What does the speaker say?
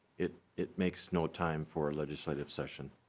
it it makes no time for legislative session.